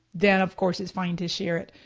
then of course it's fine to share it.